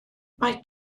mae